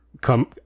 come